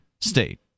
state